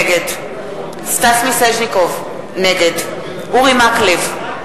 נגד סטס מיסז'ניקוב, נגד אורי מקלב,